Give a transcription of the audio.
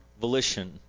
volition